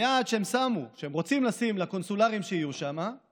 היעד שהם רוצים לשים לקונסולרים שיהיו שם הוא